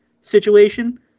situation